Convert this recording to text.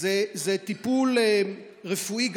זה טיפול רפואי,